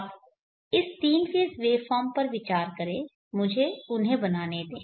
अब इस तीन फेज़ वेवफॉर्म पर विचार करें मुझे उन्हें बनाने दें